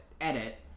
edit